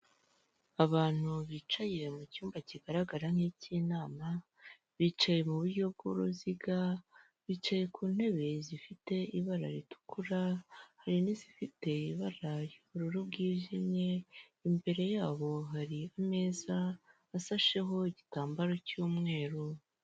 Abantu bicaye mu cyumba kigaragara nk'icy'inama, bicaye mu buryo bw'uruziga, bicaye ku ntebe zifite ibara ritukura, hari n'izifite ibara ry'ubururu bwijimye, imbere yabo hari ameza asasheho igitambaro cy'umweru.